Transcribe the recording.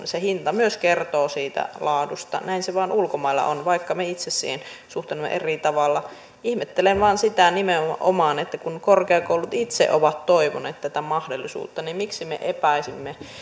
se hinta myös kertoo siitä laadusta näin se vain ulkomailla on vaikka me itse siihen suhtaudumme eri tavalla ihmettelen vain sitä nimenomaan että kun korkeakoulut itse ovat toivoneet tätä mahdollisuutta niin miksi me epäisimme